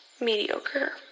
mediocre